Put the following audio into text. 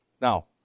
Now